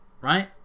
right